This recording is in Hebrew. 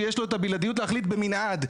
שיש לו את הבלעדיות להחליט במנעד,